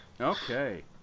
okay